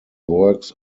works